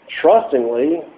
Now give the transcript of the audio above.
trustingly